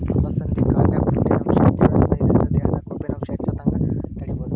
ಅಲಸಂಧಿ ಕಾಳಿನ್ಯಾಗ ಪ್ರೊಟೇನ್ ಅಂಶ ಹೆಚ್ಚಿರೋದ್ರಿಂದ ಇದ್ರಿಂದ ದೇಹದಾಗ ಕೊಬ್ಬಿನಾಂಶ ಹೆಚ್ಚಾಗದಂಗ ತಡೇಬೋದು